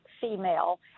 female